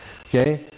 Okay